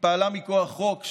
שמכוח חוק,